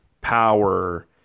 power